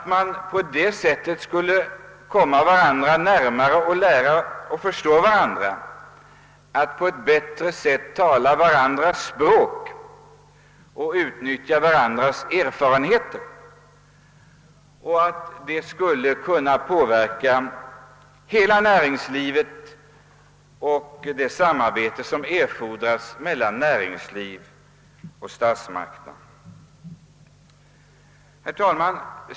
På det sättet skulle man komma varandra närmare, förstå varandra bättre, tala varandras språk och utnyttja varandras erfarenheter. Detta skulle kunna påverka hela näringslivet och det erforderliga samarbetet mellan näringslivet och statsmakterna.